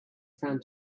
found